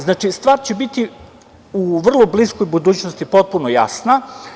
Znači, stvar će biti u vrlo bliskoj budućnosti potpuno jasna.